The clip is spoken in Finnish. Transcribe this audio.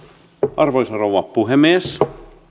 arvoisa rouva puhemies